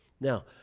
Now